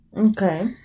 Okay